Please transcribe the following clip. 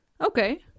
okay